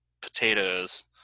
potatoes